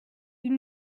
ils